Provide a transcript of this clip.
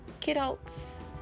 Kidults